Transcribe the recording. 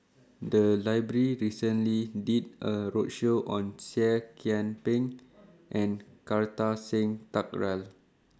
The Library recently did A roadshow on Seah Kian Peng and Kartar Singh Thakral